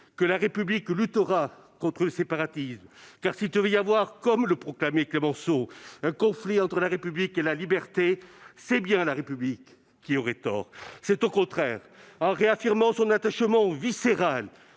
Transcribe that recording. que la République luttera contre le séparatisme. Car s'il devait y avoir, comme le proclamait Clemenceau, un conflit entre la République et la liberté, c'est bien la République qui aurait tort. Très bien ! Très belle citation ! C'est au contraire en réaffirmant son attachement viscéral